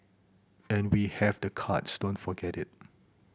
and we have the cards don't forget it